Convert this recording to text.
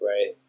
Right